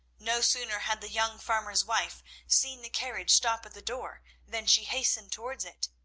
no sooner had the young farmer's wife seen the carriage stop at the door than she hastened towards it.